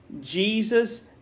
Jesus